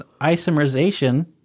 isomerization